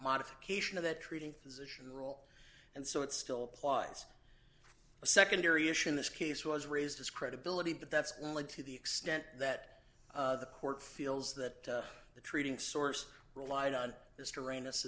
modification of the treating physician role and so it still applies a secondary issue in this case was raised his credibility but that's only to the extent that the court feels that the treating source relied on this terrain